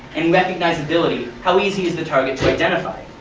and recognizability how easy is the target to identify?